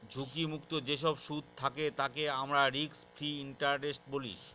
ঝুঁকি মুক্ত যেসব সুদ থাকে তাকে আমরা রিস্ক ফ্রি ইন্টারেস্ট বলি